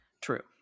true